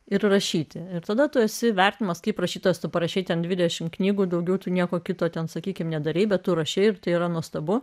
ir rašyti ir tada tu esi vertinamas kaip rašytojas tu parašei ten dvidešimt knygų daugiau tu nieko kito ten sakykime nedarei bet tu rašei ir tai yra nuostabu